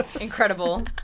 incredible